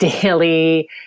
daily